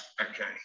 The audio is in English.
okay